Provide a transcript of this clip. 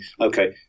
okay